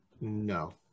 No